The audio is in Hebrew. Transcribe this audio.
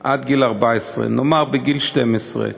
עד גיל 14, נאמר בגיל 12,